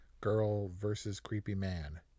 girl-versus-creepy-man